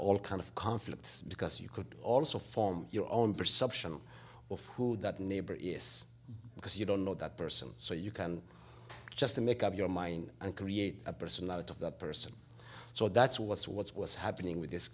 all kind of conflicts because you could also form your own perception of who that neighbor is because you don't know that person so you can just make up your mind and create a person out of that person so that's what's what's what's happening with this